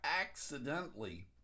accidentally